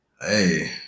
hey